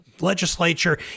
legislature